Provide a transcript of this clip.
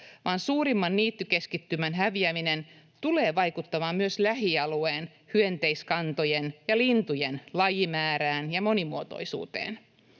vaan suurimman niittykeskittymän häviäminen tulee vaikuttamaan myös lähialueen hyönteiskantojen ja lintujen lajimäärään ja monimuotoisuuteen.